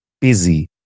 busy